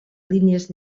línies